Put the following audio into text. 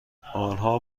انها